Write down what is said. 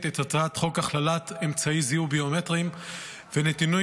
את הצעת חוק הכללת אמצעי זיהוי ביומטריים ונתוני